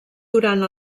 durant